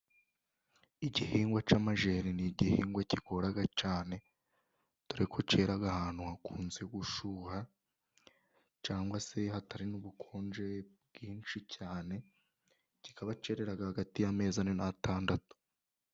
Igihingwa cy'amajeri ni igihingwa kigora cyane dore ko kera ahantu hakunze gushyuha cangwa se hatari n'ubukonje bwinshi cyane kikaba kerera hagati y'amezi ane n'atandatu.